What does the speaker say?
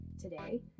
today